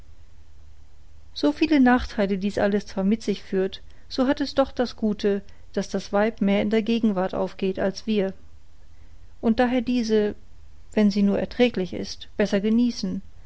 so viele nachtheile dies alles zwar mit sich führt so hat es doch das gute daß das weib mehr in der gegenwart aufgeht als wir und daher diese wenn sie nur erträglich ist besser genießen